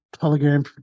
Telegram